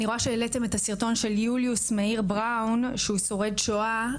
אני רואה שהעליתם את הסרטון של יוליוס מאיר בראון שהוא שורד שואה,